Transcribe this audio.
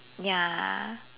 ya